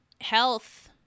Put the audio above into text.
health